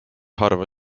harva